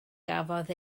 gafodd